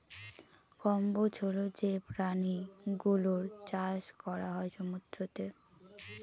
কম্বোজ হল যে প্রাণী গুলোর চাষ করা হয় সমুদ্রতে